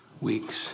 weeks